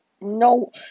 no